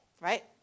right